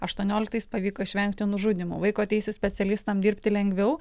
aštuonioliktais pavyko išvengti nužudymų vaiko teisių specialistam dirbti lengviau